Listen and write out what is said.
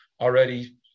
already